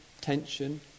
tension